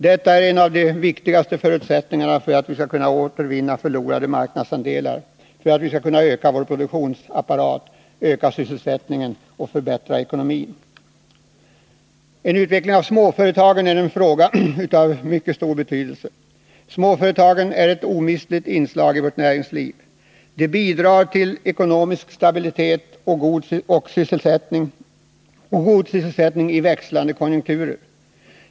Detta är en av de viktigaste förutsättningarna för att vi skall kunna återvinna förlorade marknadsandelar, öka vår produktion, öka sysselsättningen och förbättra ekonomin. En utveckling av småföretagen är av mycket stor betydelse. Småföretagen är ett omistligt inslag i vårt näringsliv. De bidrar till ekonomisk stabilitet och god sysselsättning i växlande konjunkturer.